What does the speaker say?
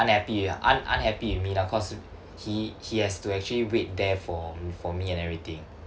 unhappy ah un~ unhappy with me lah cause he he has to actually wait there for m~ for me and everything